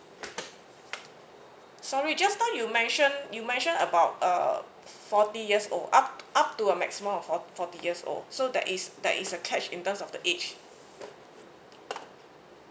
sorry just now you mention you mention about uh forty years old up up to a maximum of for~ forty years old so that is that is a cash in terms of the age